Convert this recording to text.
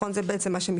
זה מה שמשתמע,